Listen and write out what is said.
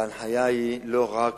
ההנחיה היא לא רק